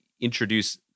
introduce